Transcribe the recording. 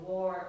War